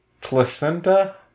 Placenta